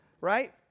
right